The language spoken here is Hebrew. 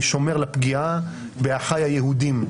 אני שומר לפגיעה באחי היהודים,